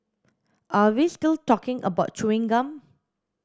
are we still talking about chewing gum